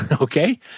Okay